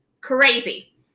crazy